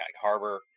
Harbor